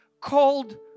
called